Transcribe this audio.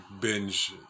binge